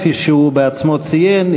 כפי שהוא בעצמו ציין,